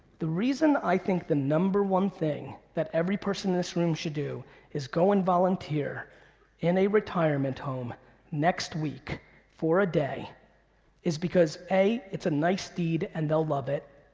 the reason i think the number one thing that every person in this room should do is go and volunteer in a retirement home next week for a day is because a it's a nice deed and they'll love it,